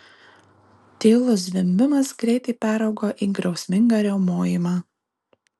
tylus zvimbimas greitai peraugo į griausmingą riaumojimą